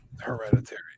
Hereditary